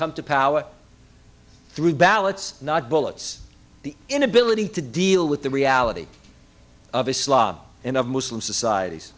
come to power through ballots not bullets the inability to deal with the reality of islam and of muslim societies